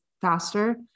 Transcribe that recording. faster